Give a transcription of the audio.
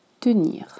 tenir